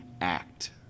act